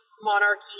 monarchy